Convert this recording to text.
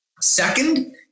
Second